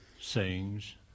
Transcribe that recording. sayings